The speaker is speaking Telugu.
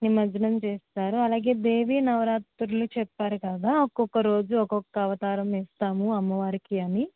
నిమజ్జనం చేస్తారో అలాగే దేవీ నవరాత్రులు చెప్పారు కదా ఒకొక్క రోజు ఒకొక్క అవతారం ఇస్తాము అమ్మవారికి అని